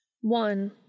One